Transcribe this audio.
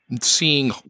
seeing